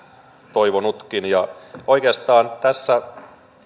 toivonutkin oikeastaan tässä